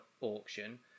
auction